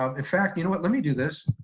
um in fact, you know what, let me do this.